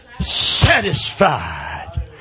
satisfied